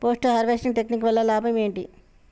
Post harvesting technique వల్ల లాభం ఏంటి?